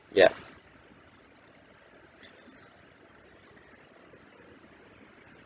ya